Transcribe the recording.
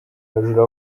abajura